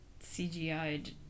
CGI